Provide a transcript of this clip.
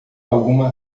alguma